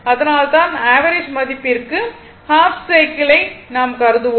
அதனால்தான் ஆவரேஜ் மதிப்பிற்கு ஹாஃப் சைக்கிளை நாம் கருதுவோம்